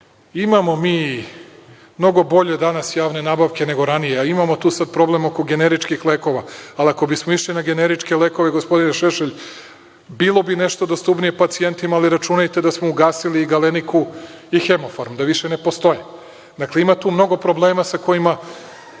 mnogo bolje javne nabavke nego ranije. Imamo problem oko generičkih lekova. Ali, ako bismo išli na generičke lekove, gospodine Šešelj, bilo bi nešto dostupniji pacijentima, ali računajte da smo ugasili i „Galeniku“ i „Hemofarm“, da više ne postoje. Dakle ima tu mnogo problema sa kojima